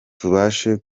tubashe